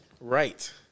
Right